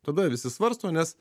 tada visi svarsto nes